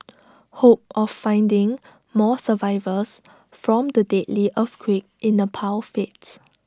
hope of finding more survivors from the deadly earthquake in Nepal fades